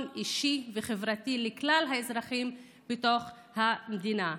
אישי וחברתי לכלל האזרחים בתוך המדינה,